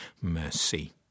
mercy